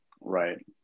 Right